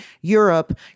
Europe